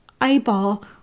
eyeball